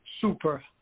super